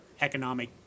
economic –